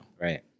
Right